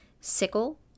sickle